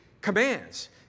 commands